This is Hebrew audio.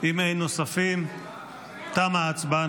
אם אין נוספים, תמה ההצבעה.